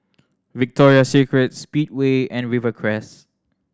Victoria Secret Speedway and Rivercrest